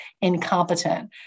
incompetent